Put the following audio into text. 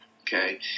okay